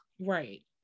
Right